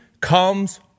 comes